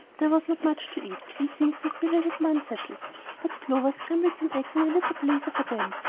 there was not much to eat, and things were still a little unsettled but clover scrambled some eggs on her little blazer for them,